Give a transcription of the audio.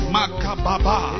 Makababa